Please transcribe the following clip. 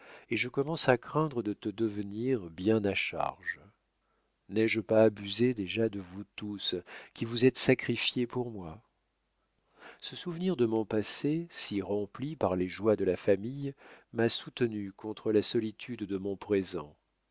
et je commence à craindre de te devenir bien à charge n'ai-je pas abusé déjà de vous tous qui vous êtes sacrifiés pour moi ce souvenir de mon passé si rempli par les joies de la famille m'a soutenu contre la solitude de mon présent